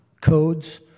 codes